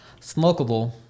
smokable